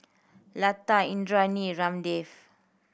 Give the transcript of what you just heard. Lata Indranee Ramdev